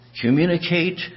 communicate